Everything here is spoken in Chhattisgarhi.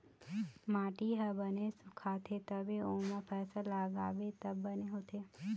माटी ह बने सुखाथे तभे ओमा फसल लगाबे त बने होथे